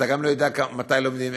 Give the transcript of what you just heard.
אתה גם לא יודע מתי לומדים,